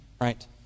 right